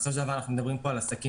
בסופו של דבר אנחנו מדברים פה על עסקים,